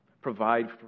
Provide